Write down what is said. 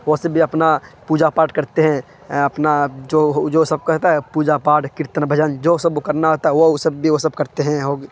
وہ سب بھی اپنا پوجا پاٹھ کرتے ہیں اپنا جو جو سب کہتا ہے پوجا پاٹھ کیرتن بھجن جو سب وہ کرنا ہوتا ہے وہ سب بھی وہ سب کرتے ہیں